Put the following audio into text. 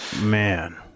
man